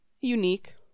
unique